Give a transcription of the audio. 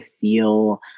feel